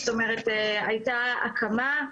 זאת אומרת הייתה הקמה,